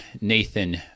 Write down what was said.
Nathan